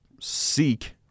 seek